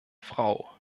frau